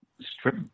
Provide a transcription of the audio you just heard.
strip